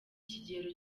kigero